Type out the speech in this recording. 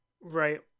Right